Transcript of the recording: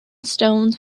stones